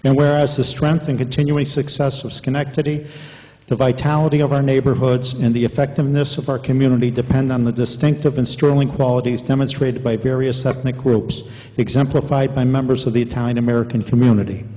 now where as the strength and continuing success of schenectady the vitality of our neighborhoods and the effectiveness of our community depend on the distinctive and strongly qualities demonstrated by various ethnic groups exemplified by members of the italian american community